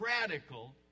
radical